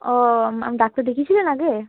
ও আপনি ডাক্তার দেখিয়েছিলেন আগে